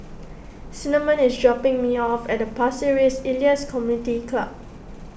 Cinnamon is dropping me off at Pasir Ris Elias Community Club